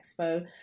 Expo